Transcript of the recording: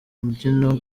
mbyino